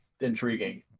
intriguing